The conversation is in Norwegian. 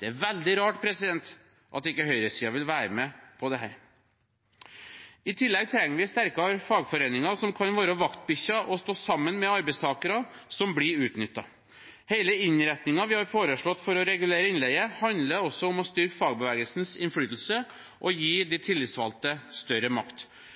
Det er veldig rart at ikke høyresiden vil være med på dette. I tillegg trenger vi sterkere fagforeninger som kan være vaktbikkjer og stå sammen med arbeidstakere som blir utnyttet. Hele innretningen vi har foreslått for å regulere innleie, handler også om å styrke fagbevegelsens innflytelse og gi de tillitsvalgte større makt.